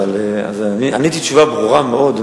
עניתי תשובה ברורה מאוד.